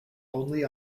only